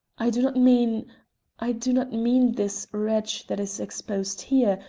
i do not mean i do not mean this wretch that is exposed here,